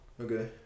Okay